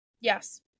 Yes